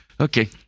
Okay